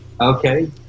okay